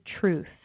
truth